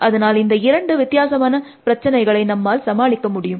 அதனால் இந்த இரண்டு வித்தியாசமான பிரச்சனைகளை நம்மால் சமாளிக்க முடியும்